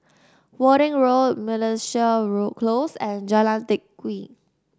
Worthing Road Close and Jalan Teck